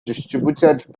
distributed